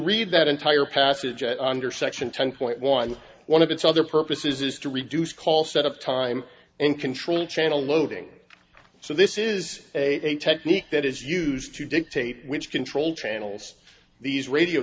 read that entire passage under section ten point one one of its other purposes is to reduce call set up time and control channel loading so this is a technique that is used to dictate which control channels these radio